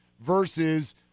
versus